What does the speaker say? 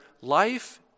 life